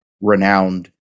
renowned